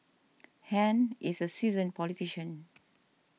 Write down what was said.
Han is a seasoned politician